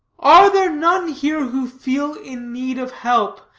are there none here who feel in need of help,